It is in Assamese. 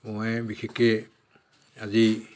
মই বিশেষকে আজি